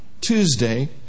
Tuesday